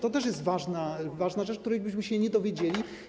To jest też ważna rzecz, której byśmy się nie dowiedzieli.